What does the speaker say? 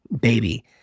baby